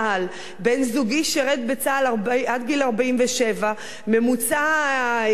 בן-זוגי שירת בצה"ל עד גיל 47. ממוצע ימי המילואים